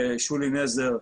ושולי נזר,